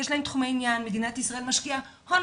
יש להם תחומי עניין ומדינת ישראל משקיעה הון